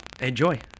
Enjoy